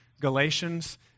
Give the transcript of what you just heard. Galatians